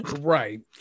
right